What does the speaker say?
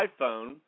iPhone